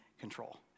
control